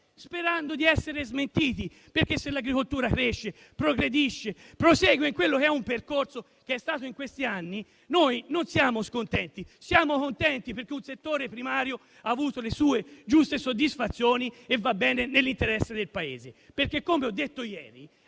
sperando di essere smentiti, perché se l'agricoltura cresce, progredisce, prosegue nel suo percorso di questi anni, noi siamo contenti, perché il settore primario ha avuto le sue giuste soddisfazioni ed un bene nell'interesse del Paese. Come ho detto ieri,